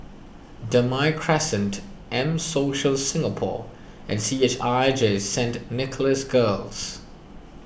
Damai Crescent M Social Singapore and C H I J Saint Nicholas Girls